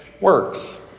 works